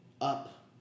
Up